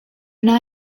wna